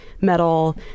metal